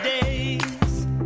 days